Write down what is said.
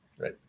Right